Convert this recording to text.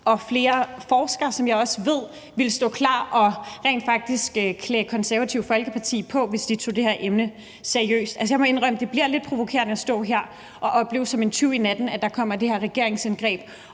og flere forskere, som jeg også ved ville stå klar og rent faktisk ville klæde Det Konservative Folkeparti på, hvis de tog det her emne seriøst. Jeg må indrømme, at det bliver lidt provokerende at skulle stå her og opleve, at der kommer det her regeringsindgreb